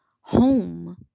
Home